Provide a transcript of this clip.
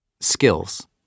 Skills